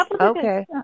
okay